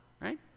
right